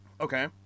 Okay